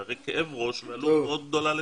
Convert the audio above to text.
זה הרי כאב ראש ועלות מאוד גדולה לכולם.